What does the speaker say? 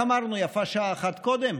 איך אמרנו, יפה שעה אחת קודם?